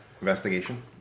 Investigation